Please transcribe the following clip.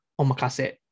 omakase